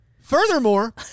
Furthermore